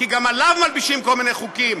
כי גם עליו מלבישים כל מיני חוקים.